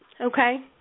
Okay